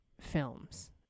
films